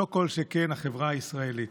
כל שכן החברה הישראלית.